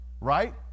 right